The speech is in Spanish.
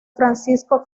francisco